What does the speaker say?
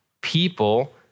people